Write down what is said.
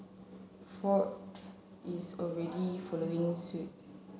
ford is already following suit